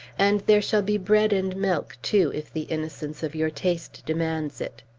and there shall be bread and milk, too, if the innocence of your taste demands it.